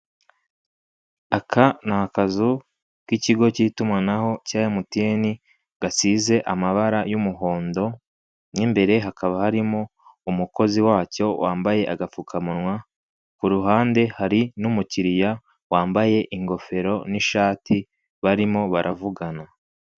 Aka ni akazu k'ikigo k'itumanaho ka MTN gasize amabara y'umuhondo mo imbere hakaba harimo umukozi wacyo wambaye agapfukamunwa ku ruhande hari n'umukiriya wambaye ingofero n'ishati barimo baravugana.